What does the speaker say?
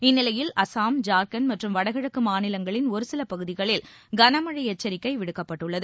இந்நிலையில் அஸ்ஸாம் ஜார்க்கண்ட் மற்றும் வடகிழக்கு மாநிலங்களின் ஒரு சில பகுதிகளில் கனமழை எச்சரிக்கை விடுக்கப்பட்டுள்ளது